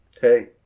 hey